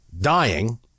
dying